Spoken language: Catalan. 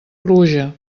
pluja